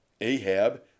Ahab